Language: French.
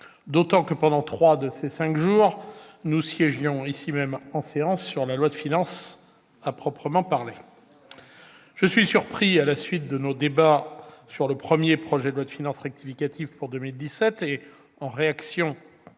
d'autant que, pendant trois de ces cinq jours, nous siégions en séance sur la loi de finances. C'est bien vrai ! Je suis surpris. À la suite de nos débats sur le premier projet de loi de finances rectificative pour 2017, et en réaction